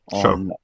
Sure